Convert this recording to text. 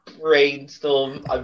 Brainstorm